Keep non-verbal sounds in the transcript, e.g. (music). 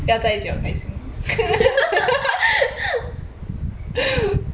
(laughs)